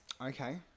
Okay